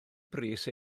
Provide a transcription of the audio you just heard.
brys